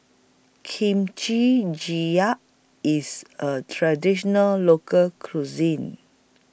Kimchi Jjigae IS A Traditional Local Cuisine